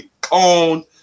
cone